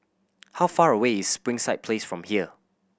how far away is Springside Place from here